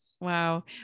wow